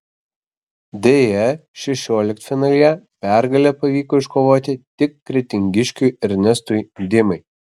deja šešioliktfinalyje pergalę pavyko iškovoti tik kretingiškiui ernestui dimai